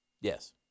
Yes